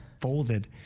folded